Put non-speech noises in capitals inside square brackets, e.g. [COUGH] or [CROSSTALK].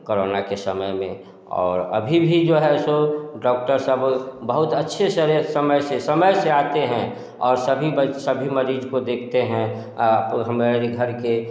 corona के समय में और अभी भी जो है सो डॉक्टर सब बहुत अच्छे [UNINTELLIGIBLE] समय से समय से आते हैं और सभी सभी मरीज को देखते हैं तो हमारे भी घर के